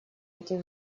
этих